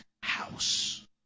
house